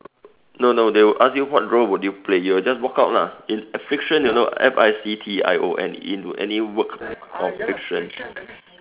no no they will ask you what role would you play you'll just walk out lah fiction you know F I C T I O N into any work or fiction